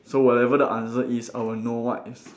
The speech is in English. so whatever the answer is I will know what is